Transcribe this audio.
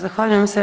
Zahvaljujem se.